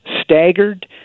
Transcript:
staggered